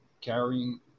carrying